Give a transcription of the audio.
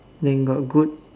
they got goat